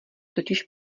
totiž